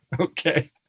Okay